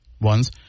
ones –